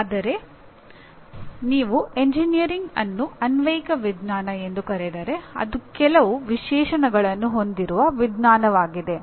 ಆದರೆ ನೀವು ಎಂಜಿನಿಯರಿಂಗ್ ಅನ್ನು ಅನ್ವಯಿಕ ವಿಜ್ಞಾನ ಎಂದು ಕರೆದರೆ ಅದು ಕೆಲವು ವಿಶೇಷಣಗಳನ್ನು ಹೊಂದಿರುವ ವಿಜ್ಞಾನವಾಗಿದೆ